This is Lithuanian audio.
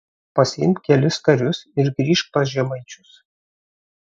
pasiimk kelis karius ir grįžk pas žemaičius